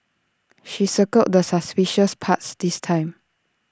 she circled the suspicious parts this time